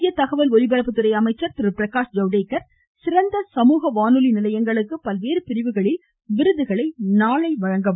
மத்திய தகவல் ஒலிபரப்புத்துறை அமைச்சர் திரு பிரகாஷ் ஜவுடேகர் சிறந்த சமூக வானொலி நிலையங்களுக்கு பல்வேறு பிரிவுகளில் விருதுகளை நாளை வழங்க உள்ளார்